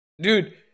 Dude